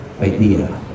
idea